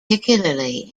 particularly